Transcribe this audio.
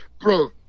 bro